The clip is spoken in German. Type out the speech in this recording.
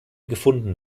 gefunden